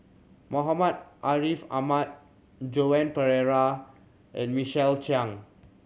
Muhammad Ariff Ahmad Joan Pereira and Michael Chiang